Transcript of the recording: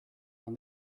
when